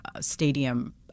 stadium